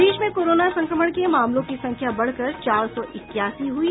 प्रदेश में कोरोना संक्रमण के मामलों की संख्या बढ़कर चार सौ इक्यासी हुई